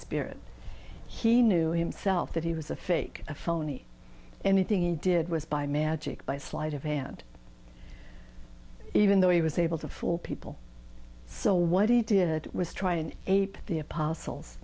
spirit he knew himself that he was a fake a phoney anything it did was by magic by sleight of hand even though he was able to fool people so what he did was try and ape the apostles